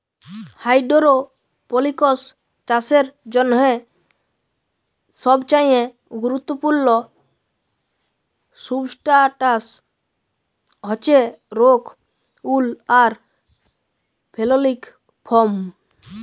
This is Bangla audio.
হাইডোরোপলিকস চাষের জ্যনহে সবচাঁয়ে গুরুত্তপুর্ল সুবস্ট্রাটাস হছে রোক উল আর ফেললিক ফম